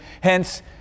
Hence